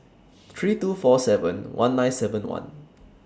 three two four seven one nine seven one